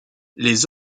les